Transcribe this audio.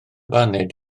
baned